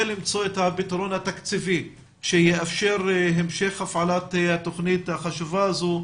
למצוא את הפתרון התקציבי שיאפשר המשך הפעלת התוכנית החשובה הזו,